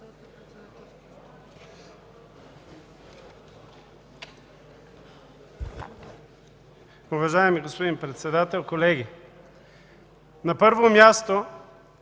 Уважаеми господин Председател, колеги! На първо място